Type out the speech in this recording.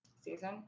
season